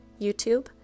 YouTube